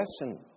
lesson